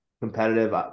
competitive